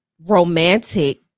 romantic